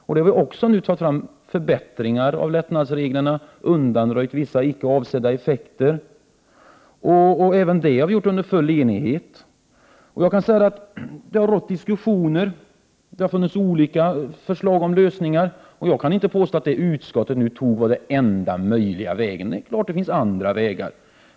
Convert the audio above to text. Vi har nu förbättrat lättnadsreglerna och undanröjt vissa icke avsedda effekter. Även det har vi gjort under full enighet. Jag kan säga att det har förekommit diskussioner och att det har funnits olika förslag till lösningar. Jag kan inte påstå att det förslag som utskottet antog var den enda möjliga vägen. Det är klart att det finns andra vägar.